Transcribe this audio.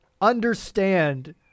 understand